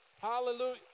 Hallelujah